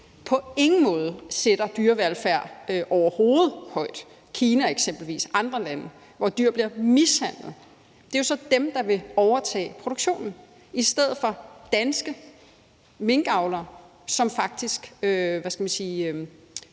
på ingen måde – sætter dyrevelfærd højt overhovedet, eksempelvis Kina og andre lande, hvor dyr bliver mishandlet, der vil overtage produktionen i stedet for danske minkavlere, som faktisk